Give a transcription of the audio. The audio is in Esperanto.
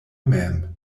mem